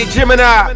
Gemini